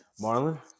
Marlon